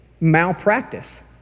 malpractice